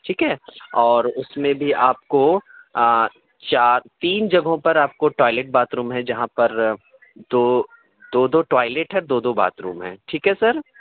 ٹھیک ہے اور اُس میں بھی آپ کو چار تین جگہوں پر آپ کو ٹوائلیٹ باتھ روم ہے جہاں پر دو دو دو ٹوائلیٹ ہے دو دو باتھ روم ہے ٹھیک ہے سر